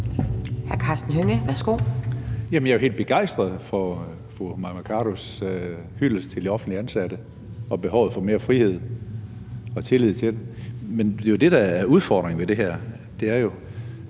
jeg er jo helt begejstret for fru Mai Mercados hyldest til de offentligt ansatte og behovet for mere frihed og tillid til det. Men det er jo det, der er udfordringen ved det her. Det er